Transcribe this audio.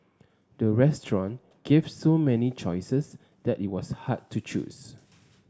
the restaurant gave so many choices that it was hard to choose